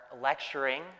lecturing